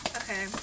okay